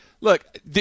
look